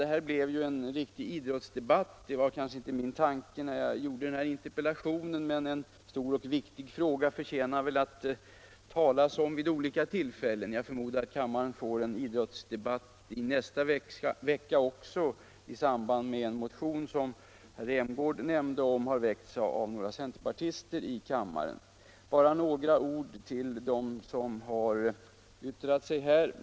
Detta blev en riktig idrottsdebatt. Det var kanske inte min tanke när jag skrev interpellationen, men en stor och viktig fråga förtjänar väl att talas om vid olika tillfällen. Jag förmodar att kammaren får en idrottsdebatt i nästa vecka också i samband med behandlingen av en motion, som herr Rämgård nämnde har väckts av några centerpartister. Nu vill jag bara rikta några ord till dem som har yttrat sig här.